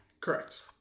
Correct